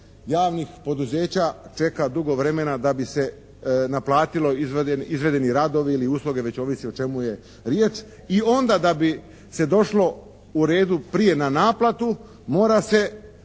javnih poduzeća čeka dugo vremena da bi se naplatili izvedeni radovi ili usluge već ovisi o čemu je riječ. I onda da bi se došlo u redu prije na naplatu mora se